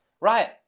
Right